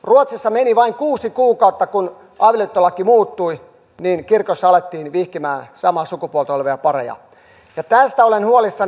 ruotsissa meni vain kuusi kuukautta kun avioliittolaki muuttui niin kirkossa alettiin vihkimään samaa sukupuolta olevia pareja ja tästä olen huolissani